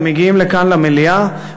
ומגיעים לכאן למליאה,